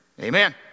Amen